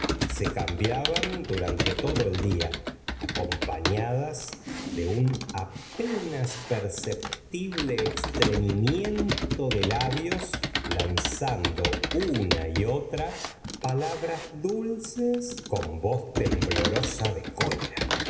se cambiaban durante todo el día acompafiadas de un apenas perceptible extrenimiento de labios lanzando una y otra palabras dulces con voz temblorosa de cólera